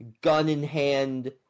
gun-in-hand